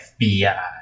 FBI